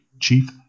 Chief